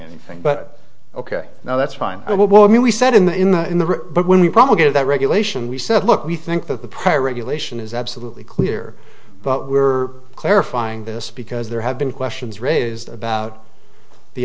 anything but ok now that's fine but what i mean we said in the in the in the but when we probably give that regulation we said look we think that the prior regulation is absolutely clear but we're clarifying this because there have been questions raised about the